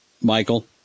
Michael